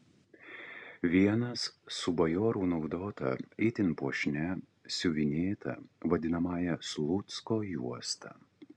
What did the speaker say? vienas su bajorų naudota itin puošnia siuvinėta vadinamąja slucko juosta